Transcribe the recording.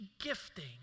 gifting